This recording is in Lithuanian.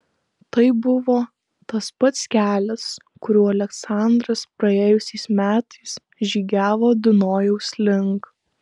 tai buvo tas pats kelias kuriuo aleksandras praėjusiais metais žygiavo dunojaus link